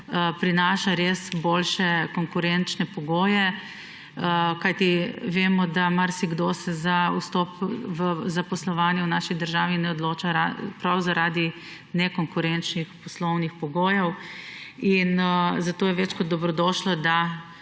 prinaša res boljše konkurenčne pogoje, kajti, vemo, da marsikdo se za vstop v zaposlovanje v naši državi ne odloča prav zaradi nekonkurenčnih poslovnih pogojev, in zato je več kot dobrodošlo, da